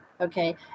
Okay